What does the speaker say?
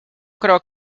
creo